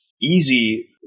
easy